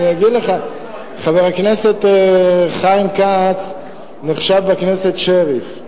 אני אגיד לך, חבר הכנסת חיים כץ נחשב בכנסת שריף.